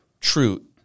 true